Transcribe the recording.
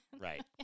Right